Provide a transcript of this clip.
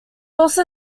also